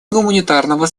гуманитарного